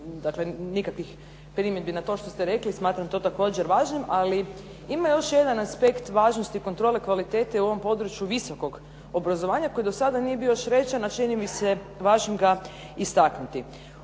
dakle, nikakvih primjedbi na to što ste rekli, smatram to također važnim, ali ima još jedan aspekt važnosti kontrole kvalitete u ovom području visokog obrazovanja koji do sada nije bio još rečen a čini mi se važnim ga istaknuti.